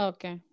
Okay